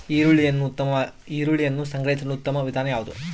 ಈರುಳ್ಳಿಯನ್ನು ಸಂಗ್ರಹಿಸಲು ಉತ್ತಮ ವಿಧಾನ ಯಾವುದು?